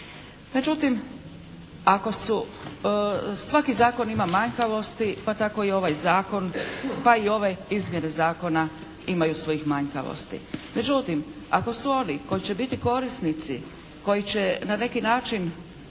Međutim, ako su, svaki zakon ima manjkavosti pa tako i ovaj zakon, pa i ove izmjene zakona imaju svojih manjkavosti. Međutim, ako su oni koji će biti korisnici koji će na neki način